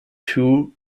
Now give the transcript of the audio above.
two